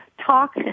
talk